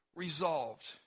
resolved